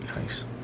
Nice